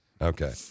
Okay